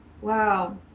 Wow